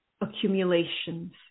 accumulations